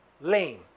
Lame